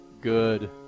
good